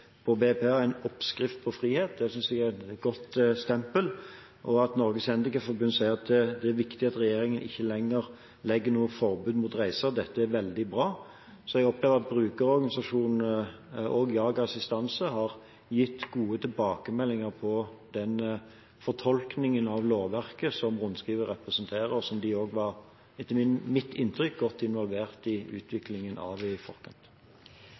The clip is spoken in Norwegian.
BPA er «En oppskrift på frihet». Det synes jeg er et godt stempel, og Norges Handikapforbund sier at det er viktig at regjeringen ikke lenger «legger noe forbud mot reiser». Dette er veldig bra, så jeg opplever at brukerorganisasjonene, og også JAG Assistanse, har gitt gode tilbakemeldinger på den fortolkningen av lovverket som rundskrivet representerer, og som de også var – det er mitt inntrykk – godt involvert i utviklingen av i forkant.